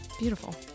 beautiful